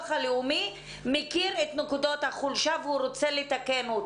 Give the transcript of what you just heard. הלאומי מכיר את נקודות החולשה ורוצה לתקן.